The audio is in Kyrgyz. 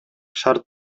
шарт